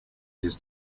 his